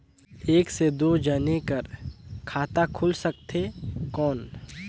एक से दो जने कर खाता खुल सकथे कौन?